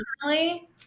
personally